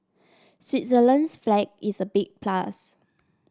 Switzerland's flag is a big plus